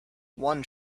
one